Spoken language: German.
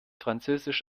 französisch